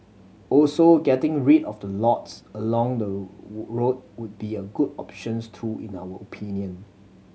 also getting rid of the lots along the road would be a good options too in our opinion